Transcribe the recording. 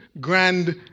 grand